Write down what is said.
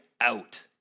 out